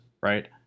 Right